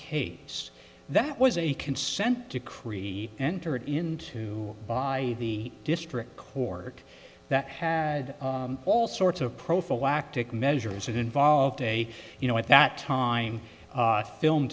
case that was a consent decree entered into by the district court that had all sorts of prophylactic measures that involved a you know at that time film